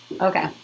Okay